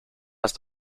ist